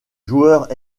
joueurs